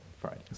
Fridays